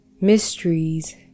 mysteries